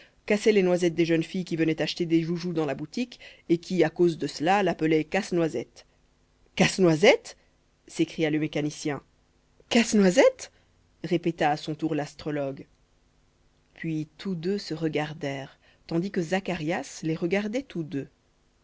cassait les noisettes des jeunes filles qui venaient acheter des joujoux dans la boutique et qui à cause de cela l'appelaient casse-noisette casse-noisette s'écria le mécanicien casse-noisette répéta à son tour l'astrologue puis tous deux se regardèrent tandis que zacharias les regardait tous deux